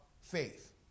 faith